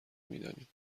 میدانیم